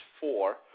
four